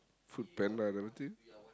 FoodPanda thing